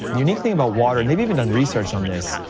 the unique thing about water, and they've even done research on this,